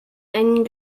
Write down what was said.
ein